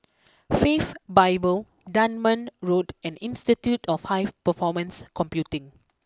Faith Bible Dunman Road and Institute of High Performance Computing